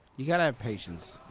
you gotta have patience.